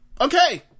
okay